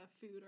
food